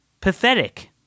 Pathetic